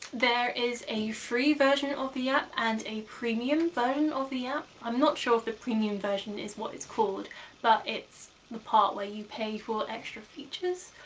there is a free version of the app and a premium version of the app. i'm not sure if the premium version is what it's called but it's the part where you pay for extra features.